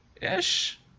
Ish